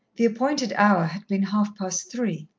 the appointed hour had been half-past three.